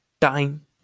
time